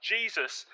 Jesus